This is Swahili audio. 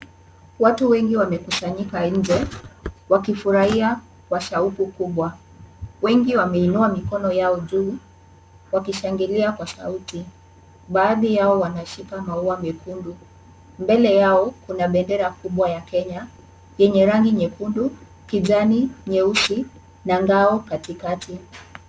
Watu wengi wamekusanyika nje wakifurahia kwa shauku kubwa, wengi wameinua mikono yao juu wakishangilia kwa sauti. Baadhi yao wanashika maua mekundu. Mbele yao kuna bendera kubwa ya Kenya yenye rangi nyekundu, kijani, nyeusi na ngao katikati.